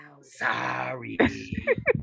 Sorry